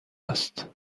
است